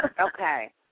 Okay